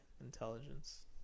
intelligence